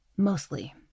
mostly